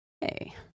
hey